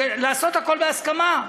לעשות הכול בהסכמה.